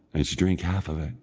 and she drank half of it,